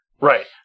right